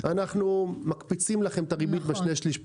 אנחנו מקפיצים לכם את הריבית בשני שליש פריים.